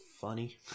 funny